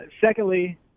Secondly